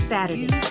Saturday